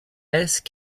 hesse